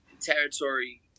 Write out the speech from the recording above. territory